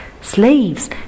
slaves